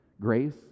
Grace